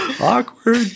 Awkward